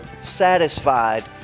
satisfied